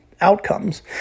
outcomes